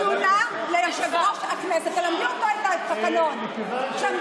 תתפלאו לשמוע, קיבלתי טלפון מהפרוטוקול.